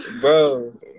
Bro